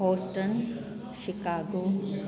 Boston Chicago